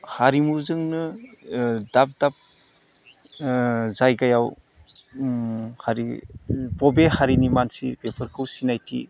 हारिमुजोंनो दाब दाब जायगायाव हारि बबे हारिनि मानसि बेफोरखौ सिनायथि